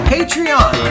Patreon